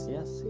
Yes